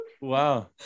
Wow